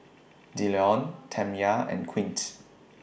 Dillon Tamya and Quint